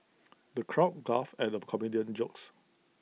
the crowd guffawed at the comedian's jokes